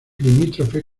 limítrofe